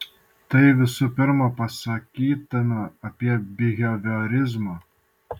tai visų pirma pasakytina apie biheviorizmą